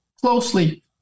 closely